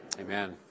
Amen